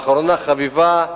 ואחרונה חביבה,